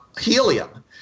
helium